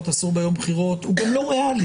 אסור ביום הבחירות היא גם לא ריאלית.